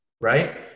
right